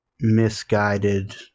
misguided